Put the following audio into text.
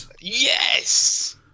Yes